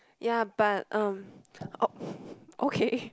ya but um oh okay